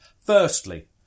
firstly